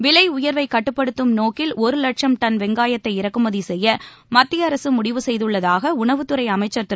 விலை உயர்வை கட்டுப்படுத்தும் நோக்கில் ஒரு லட்சம் டன் வெங்காயத்தை இறக்குமதி செய்ய மத்திய அரசு முடிவு செய்துள்ளதாக உணவுத்துறை அமைச்ச் திரு